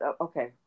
okay